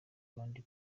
abandi